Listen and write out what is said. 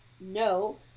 no